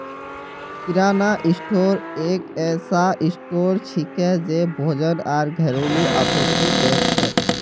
किराना store एक ऐसा store छिके जे भोजन आर घरेलू आपूर्ति बेच छेक